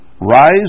rise